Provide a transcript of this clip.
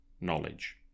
knowledge